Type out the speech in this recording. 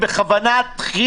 בגופי.